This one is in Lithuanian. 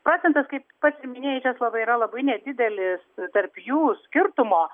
procentas kaip pats minėjai česlovai yra labai nedidelis tarp jų skirtumo